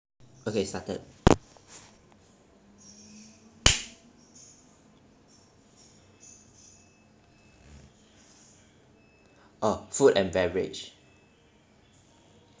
okay started uh food and beverage